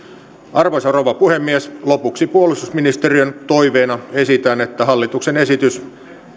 arvoisa rouva puhemies lopuksi puolustusministeriön toiveena esitän että hallituksen esitys